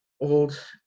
old